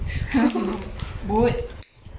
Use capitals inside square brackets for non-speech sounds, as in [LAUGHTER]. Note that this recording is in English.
[LAUGHS]